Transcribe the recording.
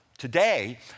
Today